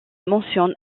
mentionne